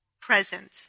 present